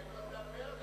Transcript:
רוני, תן לו לדבר.